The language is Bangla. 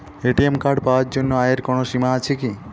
এ.টি.এম কার্ড পাওয়ার জন্য আয়ের কোনো সীমা আছে কি?